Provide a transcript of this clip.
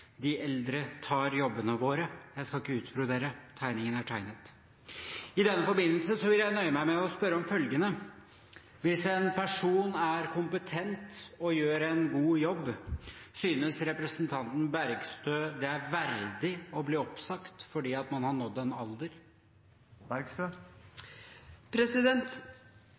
de eldre tar jobbene våre. Jeg skal ikke utbrodere. Tegningen er tegnet. I denne forbindelse vil jeg nøye meg med å spørre om følgende: Hvis en person er kompetent, og gjør en god jobb, synes representanten Bergstø det er verdig å bli oppsagt fordi man har nådd en alder?